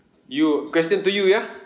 you question to you ya